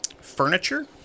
furniture